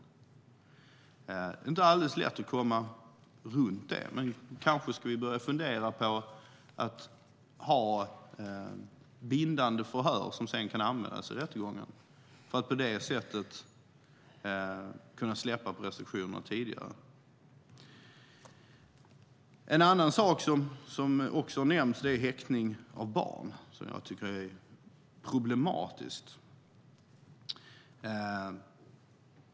Det är inte alldeles lätt att komma runt det. Men kanske ska vi börja fundera över att ha bindande förhör som sedan kan användas i rättegången, för att på det sättet kunna släppa på restriktionerna tidigare. Något som också har nämnts är häktning av barn, som jag tycker är problematiskt.